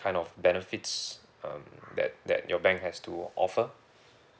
kind of benefits um that that your bank has to offer